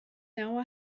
now